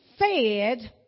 fed